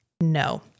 No